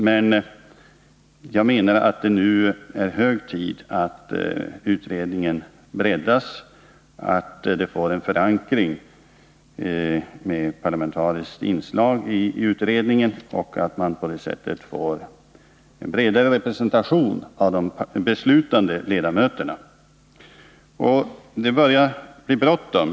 Men det är nu hög tid att utredningen breddas, att man får en förankring med parlamentariskt inslag i utredningen och att man på det sättet får en bredare representation bland de beslutande ledamöterna. Det börjar bli bråttom.